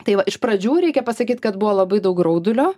tai va iš pradžių reikia pasakyt kad buvo labai daug graudulio